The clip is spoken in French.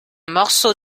morceau